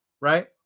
right